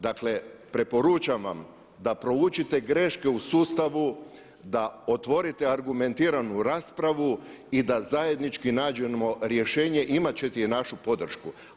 Dakle, preporučam vam da proučite greške u sustavu da otvorite argumentiranu raspravu i da zajednički nađemo rješenje, imat ćete našu podršku.